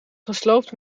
gesloopt